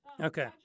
Okay